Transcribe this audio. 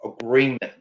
agreement